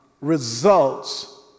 results